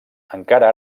encara